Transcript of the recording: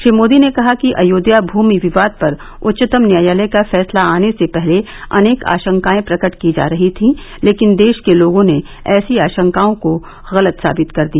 श्री मोदी ने कहा कि अयोध्या भूमि विवाद पर उच्चतम न्यायालय का फैसला आने से पहले अनेक आशंकाएं प्रकट की जा रहीं थीं लेकिन देश के लोगों ने ऐसी आशंकाओं को गलत साबित कर दिया